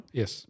yes